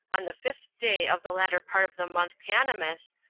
on the fifth day of the latter part of the month panemus,